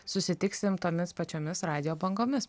susitiksim tomis pačiomis radijo bangomis